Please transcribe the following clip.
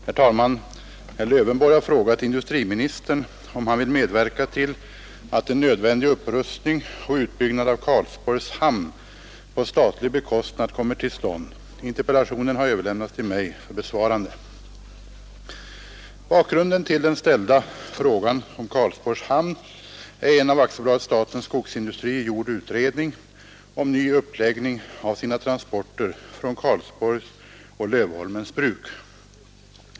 Herr talman! Herr Lövenborg har frågat industriministern om han vill medverka till att en nödvändig upprustning och utbyggnad av Karlsborgs hamn på statlig bekostnad kommer till stånd. Interpellationen har överlämnats till mig för besvarande. Bakgrunden till den ställda frågan om Karlsborgs hamn är en av AB Statens skogsindustrier gjord utredning om ny uppläggning av sina transporter från Karlsborgs och Lövholmens bruk.